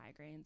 migraines